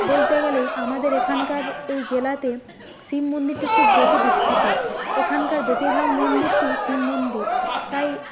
বলতে গেলেই আমাদের এখানকার এই জেলাতে শিব মন্দিরটি খুব বেশি বিখ্যাত এখানকার বেশিরভাগ মন্দিরটি শিব মন্দির তাই